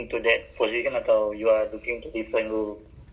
atau system analyst ah